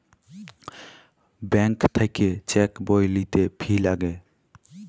bank থাক্যে cheque বই লিতে ফি লাগে